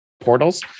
portals